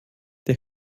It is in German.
der